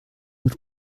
mit